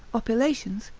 oppilations,